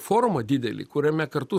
forumą didelį kuriame kartu